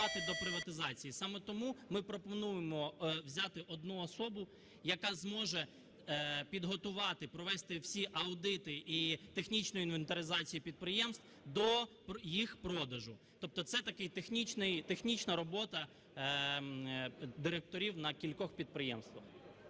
саме тому ми пропонуємо взяти одну особу, яка зможе підготувати, провести всі аудити і технічну інвентаризацію підприємств до їх продажу. Тобто це така технічна робота директорів на кількох підприємствах.